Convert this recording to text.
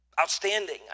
outstanding